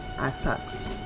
attacks